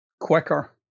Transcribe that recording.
quicker